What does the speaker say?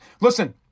Listen